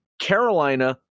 Carolina